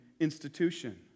institution